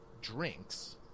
drinks